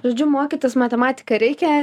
žodžiu mokytis matematiką reikia